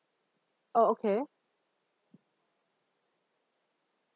oh okay